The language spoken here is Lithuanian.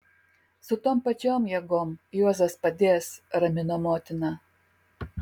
su tom pačiom jėgom juozas padės ramino motina